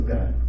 God